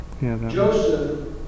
Joseph